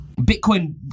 bitcoin